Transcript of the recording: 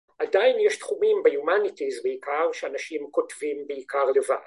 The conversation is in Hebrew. עדיין יש תחומים ב-humanities בעיקר שאנשים כותבים בעיקר לבד